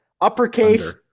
Uppercase